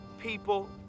people